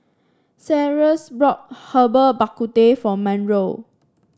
Cyrus brought Herbal Bak Ku Teh for Monroe